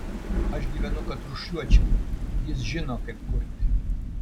aš gyvenu kad rūšiuočiau jis žino kaip kurti